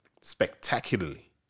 Spectacularly